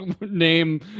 name